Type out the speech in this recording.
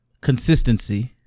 consistency